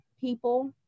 people